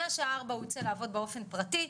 מהשעה 16:00 הוא ייצא לעבוד באופן פרטי,